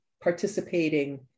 participating